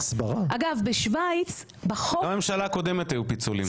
גם בממשלה הקודמת היו פיצולים.